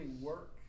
work